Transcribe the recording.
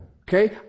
Okay